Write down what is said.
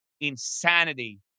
insanity